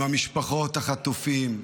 עם משפחות החטופים,